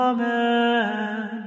Amen